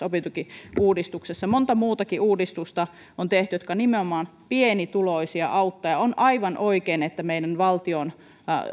opintotukiuudistuksessa monta muutakin uudistusta on tehty jotka nimenomaan pienituloisia auttavat ja on aivan oikein että meillä valtion